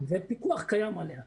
ופיקוח קיים עליה.